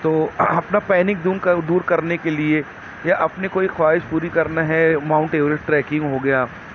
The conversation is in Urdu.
تو اپنا پینک دو دور کرنے کے لیے یا اپنے کوئی خواہش پوری کرنا ہے ماؤنٹ ایوریسٹ ٹریکنگ ہو گیا